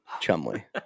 Chumley